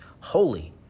holy